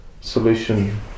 solution